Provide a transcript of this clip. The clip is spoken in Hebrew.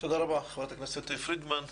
תודה רבה, חברת הכנסת פרידמן.